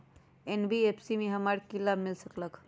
NBFC से हमार की की लाभ मिल सक?